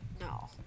No